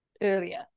earlier